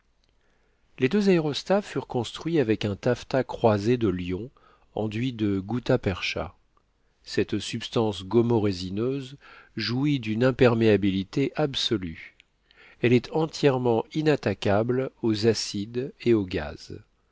les deux aérostats furent construits avec un taffetas croisé de lyon enduit de gutta-percha cette substance gommo résineuse jouit d'une imperméabilité absolue elle est entièrement inattaquable aux acides et aux gaz